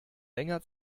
länger